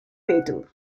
fatal